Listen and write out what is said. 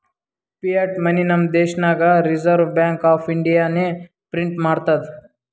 fiat money ನಮ್ ದೇಶನಾಗ್ reserve bank of ಇಂಡಿಯಾನೆ ಪ್ರಿಂಟ್ ಮಾಡ್ತುದ್